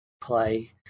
play